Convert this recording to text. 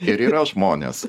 ir yra žmonės